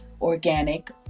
organic